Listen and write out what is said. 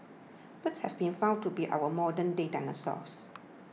birds have been found to be our modernday dinosaurs